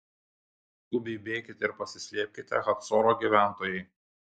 skubiai bėkite ir pasislėpkite hacoro gyventojai